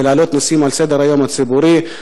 ולהעלות נושאים על סדר-היום הציבורי,